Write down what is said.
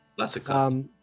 classic